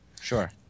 sure